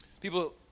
People